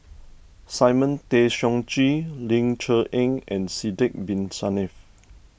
Simon Tay Seong Chee Ling Cher Eng and Sidek Bin Saniff